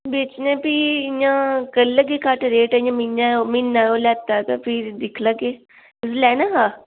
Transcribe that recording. बेचना भी इ'यां करी लैह्गे घट्ट रेट इ'यां म्हीना म्हीना होआ लैता दा ते भी बी दिक्खी लैह्गे तुसें लैना हा